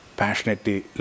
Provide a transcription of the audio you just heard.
passionately